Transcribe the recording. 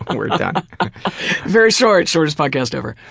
um very yeah very short! shortest podcast ever!